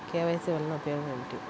KYC వలన ఉపయోగం ఏమిటీ?